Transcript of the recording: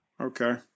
okay